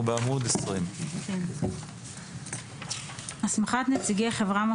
אנחנו בעמוד 20. הסמכת נציגי חברה